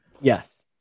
yes